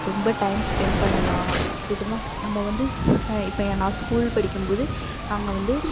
ரொம்ப time spend பண்ணலாம் எப்படின்னா நம்ம வந்து இப்போ என் நான் ஸ்கூல் படிக்கும் போது நாங்கள் வந்து